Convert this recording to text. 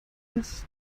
das